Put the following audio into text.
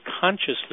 consciously